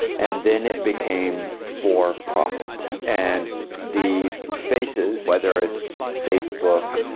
and then it became for-profit. and the spaces, whether it's facebook,